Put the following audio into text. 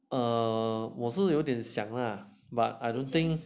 err 我是有点想 lah but I don't think